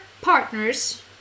partners